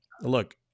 look